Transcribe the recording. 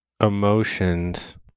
emotions